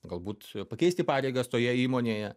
galbūt pakeisti pareigas toje įmonėje